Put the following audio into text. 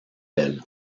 elle